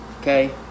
okay